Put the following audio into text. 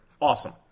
awesome